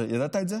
אתה ידעת את זה?